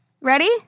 Ready